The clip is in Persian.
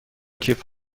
کیف